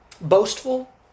boastful